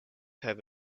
have